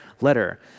letter